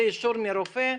זה אישור מרופא?